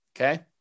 Okay